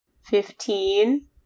Fifteen